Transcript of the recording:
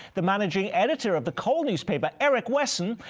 the managing editor of the call newspaper, eric wesson,